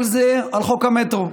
כל זה על חוק המטרו.